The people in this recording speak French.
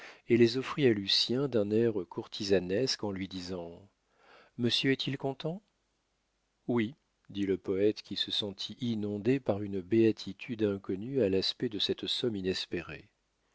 et les offrit à lucien d'un air courtisanesque en lui disant monsieur est-il content oui dit le poète qui se sentit inondé par une béatitude inconnue à l'aspect de cette somme inespérée